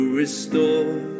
restore